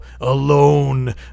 alone